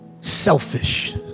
selfish